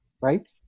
right